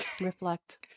reflect